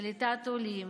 קליטת עולים